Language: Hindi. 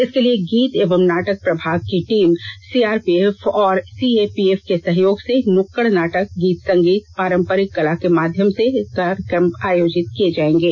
इसके लिए गीत एवं नाटक प्रभाग की टीम सीआरपीएफ और सीएपीएफ के सहयोग से नुक्कड़ नाटक गीत संगीत पारम्परिक कला के माध्यम से कार्यक्रम आयोजित किए जाएंगे